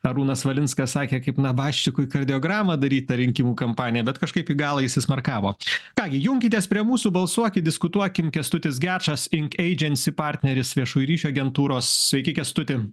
arūnas valinskas sakė kaip nabašikui kardiogramą daryt per rinkimų kampaniją bet kažkaip į galą įsismarkavo ką gi junkitės prie mūsų balsuokit diskutuokim kęstutis gečas ink agency partneris viešųjų ryšių agentūros sveiki kęstuti